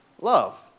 love